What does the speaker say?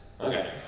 Okay